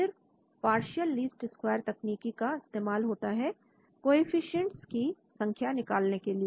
फिर partial least square तकनीकी का इस्तेमाल होता है कोअफिशन्ट की संख्या निकालने के लिए